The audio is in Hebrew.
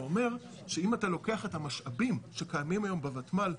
זה אומר שאם אתה לוקח את המשאבים שקיימים היום בוותמ"ל,